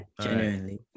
genuinely